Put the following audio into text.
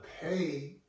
pay